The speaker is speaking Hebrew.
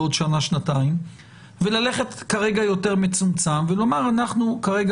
בעוד שנה-שנתיים וללכת כרגע יותר מצומצם ולומר שאנחנו כרגע